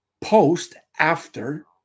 post-after